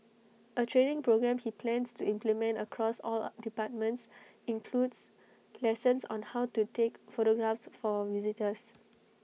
A training programme he plans to implement across all departments includes lessons on how to take photographs for visitors